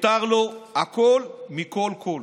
מותר לו הכול מכול כול.